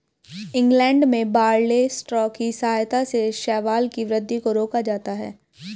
England में barley straw की सहायता से शैवाल की वृद्धि को रोका जाता है